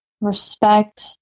respect